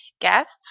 guests